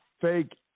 fake